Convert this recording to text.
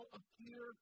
appear